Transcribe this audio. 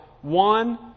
one